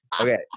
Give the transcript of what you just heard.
Okay